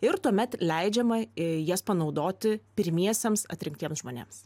ir tuomet leidžiama jas panaudoti pirmiesiems atrinktiems žmonėms